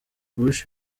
bush